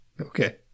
Okay